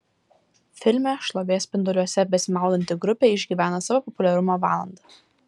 filme šlovės spinduliuose besimaudanti grupė išgyvena savo populiarumo valandą